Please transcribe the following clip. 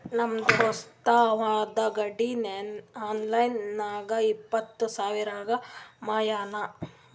ನಮ್ ದೋಸ್ತ ಅವಂದ್ ಗಾಡಿ ಆನ್ಲೈನ್ ನಾಗ್ ಇಪ್ಪತ್ ಸಾವಿರಗ್ ಮಾರ್ಯಾನ್